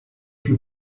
più